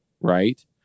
right